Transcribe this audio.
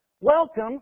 Welcome